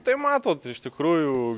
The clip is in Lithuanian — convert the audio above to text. tai matot iš tikrųjų